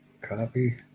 copy